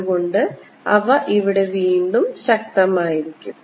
അതുകൊണ്ട് അവ ഇവിടെ വീണ്ടും ശക്തമായിരിക്കും